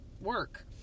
work